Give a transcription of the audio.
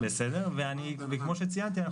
כמו שציינתי,